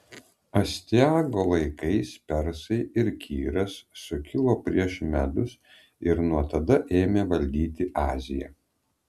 astiago laikais persai ir kyras sukilo prieš medus ir nuo tada ėmė valdyti aziją